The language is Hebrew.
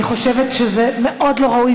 אני חושבת שזה מאוד לא ראוי,